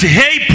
hey